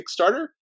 Kickstarter